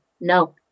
No